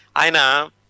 aina